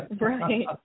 Right